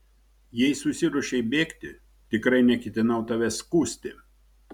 jei susiruošei bėgti tikrai neketinau tavęs skųsti